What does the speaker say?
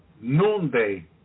noonday